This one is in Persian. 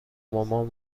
مامان